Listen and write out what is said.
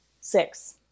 Six